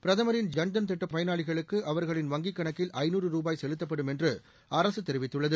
பிரதமரின் ஜன் தன் திட்டப் பயணாளிகளுக்கு அவர்களின் வங்கிக் கணக்கில் ஐநூறு ரூபாய் செலுத்தப்படும் என்று அரசு தெரிவித்துள்ளது